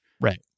Right